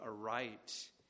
aright